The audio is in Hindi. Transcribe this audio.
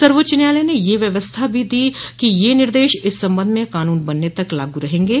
सर्वोच्च न्यायालय ने यह व्यवस्था भी दी कि ये निर्देश इस संबंध में कानून बनने तक लागू रहेगे